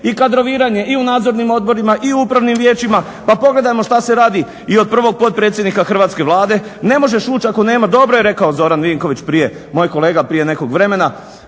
i kadroviranje i u nadzornim odborima i u upravnim vijećima. Pa pogledajmo što se radi i od prvog potpredsjednika hrvatske Vlade, ne možeš ući ako nema, dobro je rekao Zoran Vinković prije moj kolega prije nekog vremena,